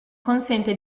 consente